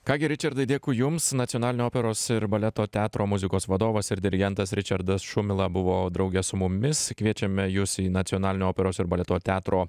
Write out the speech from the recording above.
ką gi ričardai dėkui jums nacionalinio operos ir baleto teatro muzikos vadovas ir dirigentas ričardas šumila buvo drauge su mumis kviečiame jus į nacionalinio operos ir baleto teatro